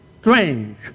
strange